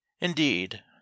indeed